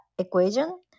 equation